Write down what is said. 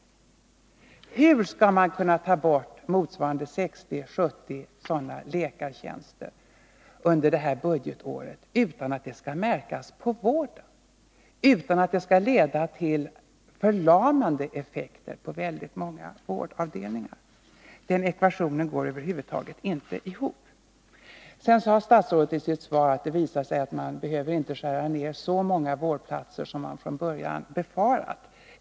Hur skall man kunna ta bort motsvarande 60-70 sådana läkartjänster under det här budgetåret utan att det märks på vården, utan att det leder till förlamande effekter på många vårdavdelningar? Den ekvationen går över huvud taget inte ihop. Sedan sade statsrådet i sitt svar att det visar sig att man inte behöver skära ned så många vårdplatser som man från början befarade.